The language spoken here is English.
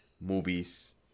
movies